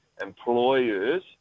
employers